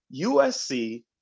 USC